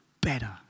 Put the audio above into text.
better